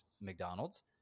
McDonald's